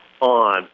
on